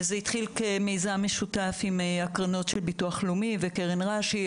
זה התחיל כמיזם משותף עם הקרנות של ביטוח לאומי וקרן רש"י,